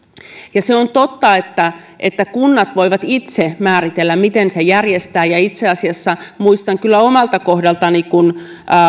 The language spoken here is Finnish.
on totta että että kunnat voivat itse määritellä miten sen järjestävät ja itse asiassa muistan kyllä omalta kohdaltani kun